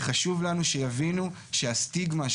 וחשוב לנו שיבינו שהסטיגמה,